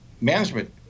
management